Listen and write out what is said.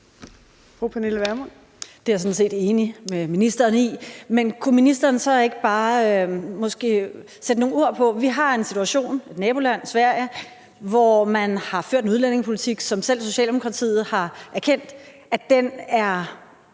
Det er jeg sådan set enig med ministeren i, men kunne ministeren så måske ikke bare sætte nogle ord på det, altså at vi i vores naboland Sverige har en situation, hvor man har ført en udlændingepolitik, som selv Socialdemokratiet har erkendt er